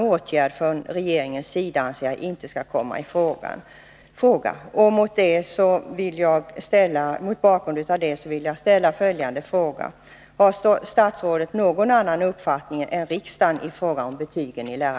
Jag anser inte att någon åtgärd från regeringens sida nu bör komma i fråga.”